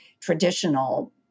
traditional